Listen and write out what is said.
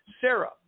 Sarah